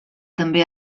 també